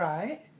Right